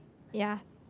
ya